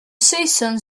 saeson